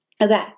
Okay